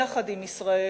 יחד עם ישראל,